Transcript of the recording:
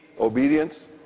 obedience